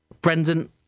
Brendan